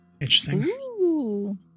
Interesting